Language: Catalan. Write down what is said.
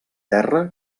terra